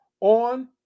on